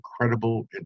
incredible